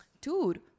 dude